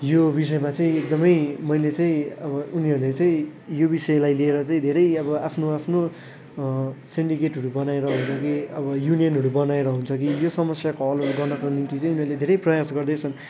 यो विषयमा चाहिँ एकदमै मैले चाहिँ अब उनीहरूले चाहिँ यो विषयलाई लिएर चाहिँ धेरै अब आफ्नो आफ्नो सेन्डिकेटहरू बनाएर हुन्छ कि अब युनियनहरू बनाएर हुन्छ कि यो समस्याको हलहरू गर्नको निम्ति चाहिँ उनीहरूले धेरै प्रयास गर्दैछन्